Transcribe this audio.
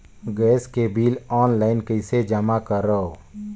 Gas के bill online कइसे जमा करव?